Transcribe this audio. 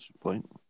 point